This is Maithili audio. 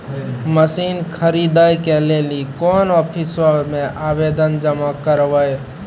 मसीन खरीदै के लेली कोन आफिसों मे आवेदन जमा करवै?